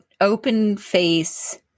open-face